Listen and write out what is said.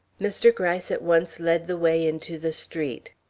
mr. gryce at once led the way into the street.